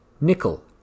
nickel